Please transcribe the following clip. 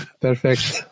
perfect